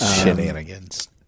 shenanigans